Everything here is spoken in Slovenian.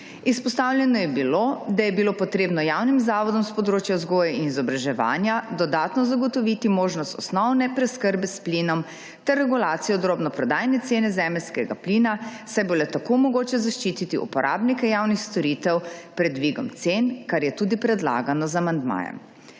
Izpostavljeno je bilo, da bi bilo treba javnim zavodom s področja vzgoje in izobraževanja dodatno zagotoviti možnost osnovne preskrbe s plinom ter regulacijo drobnoprodajne cene zemeljskega plina, saj bo le tako mogoče zaščititi uporabnike javnih storitev pred dvigom cen, kar je tudi predlagano z amandmajem.